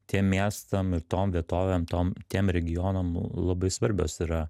tiem miestam ir tom vietovėm tom tiem regionam labai svarbios yra